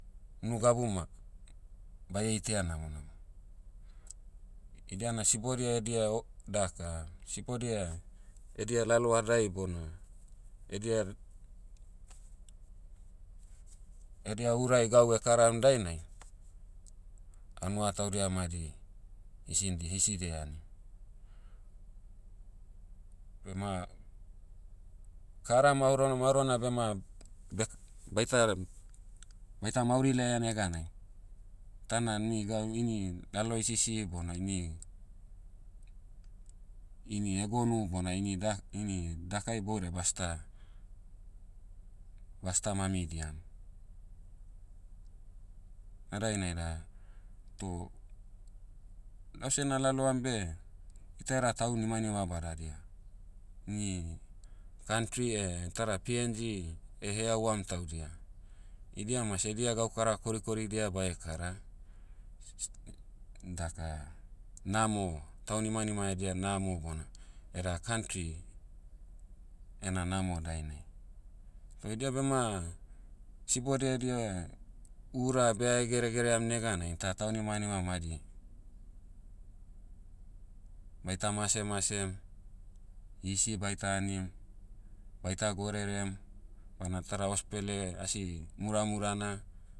Unu gabu ma, bae itaia namo namo. Idia na sibodia edia o- daka, sibodia, edia lalohadai bona, edia- edia urai gau ekaram dainai, hanua taudia madi, hisindi- hiside ani. Bema, kara maoron- maorona bema, bek- baita, baita mauri laia neganai, tana ni gau- ini, lalo hisisi bona ini- ini hegonu bona ini dak- ini daka iboudai basta- basta mamidiam. Na dainai da, toh, lause nalaloam beh, ita eda taunimanima badadia. Ni, kantri tada png, eheauam taudia, idia mas edia gaukara korikoridia bae ekara. daka, namo- taunimanima edia namo bona, eda kantri, ena namo dainai. Toh idia bema, sibodia edia, ura bea hegeregeream neganai ta taunimanima madi, baita mase masem, hisi baita anim, baita gorerem, bana tada hospele asi muramurana,